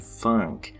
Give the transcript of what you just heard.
funk